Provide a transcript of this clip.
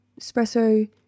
espresso